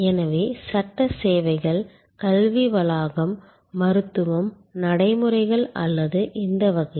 எனவே சட்ட சேவைகள் கல்வி வளாகம் மருத்துவம் நடைமுறைகள் அல்லது இந்த வகையில்